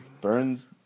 Burns